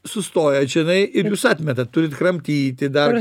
sustoja čionai ir jūs atmetat turit kramtyti dar